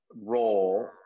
role